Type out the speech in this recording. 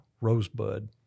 Rosebud